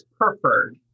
preferred